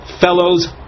fellow's